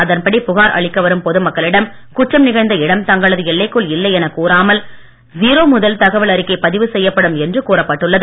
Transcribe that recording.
அதன்படி புகார் அளிக்க வரும் பொது மக்களிடம் குற்றம் நிகழ்ந்த இடம் தங்களது எல்லைக்குள் இல்லை என கூறாமல் ஜீரோ முதல் தகவல் அறிக்கை பதிவு செய்ய வேண்டும் என்று கூறப்பட்டுள்ளது